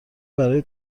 برای